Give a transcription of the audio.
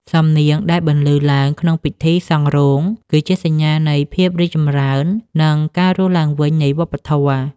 សំនៀងដែលបន្លឺឡើងក្នុងពិធីសង់រោង គឺជាសញ្ញានៃភាពរីកចម្រើន និងការរស់ឡើងវិញនៃវប្បធម៌។